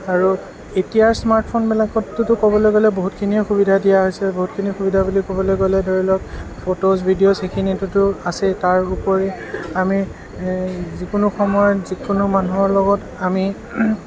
আৰু এতিয়াৰ স্মাৰ্ট ফোনবিলাকততো ক'বলৈ গ'লে বহুতখিনিয়ে সুবিধা দিয়া গৈছে বহুতখিনি সুবিধা বুলি ক'বলৈ গ'লে ধৰি লওঁক ফট'ছ ভিডিঅ'জ সেইখিনিতো আছেই তাৰ উপৰি আমি যিকোনো সময়ত যিকোনো মানুহৰ লগত আমি